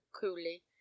coolly